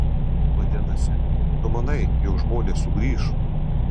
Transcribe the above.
vadinasi tu manai jog žmonės sugrįš